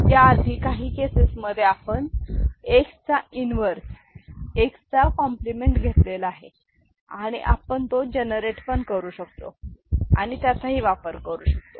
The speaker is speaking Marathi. याआधी काही केसेस मध्ये आपण X चा इन्वर्रस X चा कॉम्प्लिमेंट घेतलेला आहे किंवा आपण तो जनरेट पण करू शकतो आणि त्याचाही वापर करू शकतो